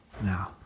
Now